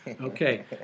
Okay